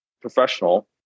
professional